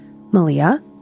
Malia